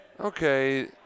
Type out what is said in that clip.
okay